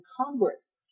Congress